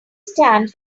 stands